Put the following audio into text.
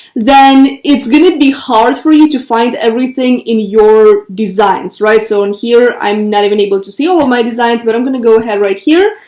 then it's going to be hard for you to find everything in your designs. right. so in here, i'm not even able to see all my designs, but i'm going to go ahead right here.